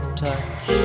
touch